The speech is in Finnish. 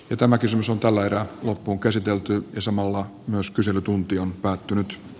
jo tämä kysymys on tällä erää loppuunkäsitelty ja samalla myös kyselytunti on päättynyt